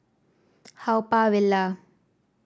Haw Par Villa